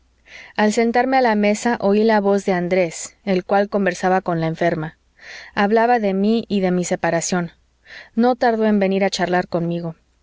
al sentarme a la mesa oí la voz de andrés el cual conversaba con la enferma hablaba de mi y de mi separación no tardó en venir a charlar conmigo